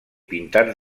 pintats